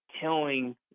telling